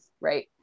right